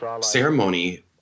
ceremony